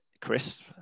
Chris